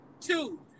two